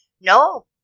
No